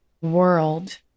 world